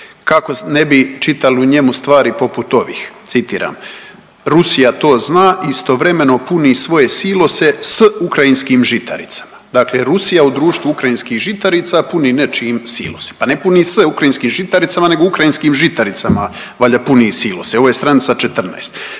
kako ne bi čitali u njemu stvari poput ovih, citiram, Rusija to zna i istovremeno puni svoje silose s ukrajinskim žitaricama. Dakle Rusija u društvu ukrajinskih žitarica puni nečijim silose. Pa ne punu s ukrajinskim žitaricama nego ukrajinskim žitaricama valjda puni silose, ovo je stranica 14.